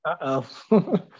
Uh-oh